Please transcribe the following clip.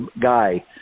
guy